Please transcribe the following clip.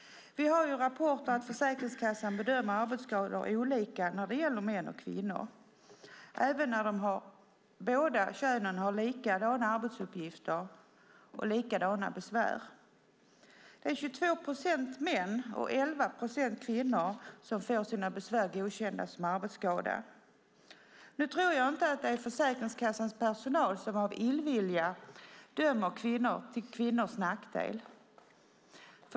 Enligt rapporter bedömer Försäkringskassan mäns och kvinnors arbetsskador olika, även när båda könen har likadana arbetsuppgifter och likadana besvär. Det är 22 procent män och 11 procent kvinnor som får sina besvär godkända som arbetsskador. Nu tror jag inte att det är Försäkringskassans personal som av illvilja dömer till kvinnors nackdel.